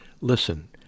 Listen